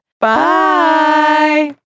Bye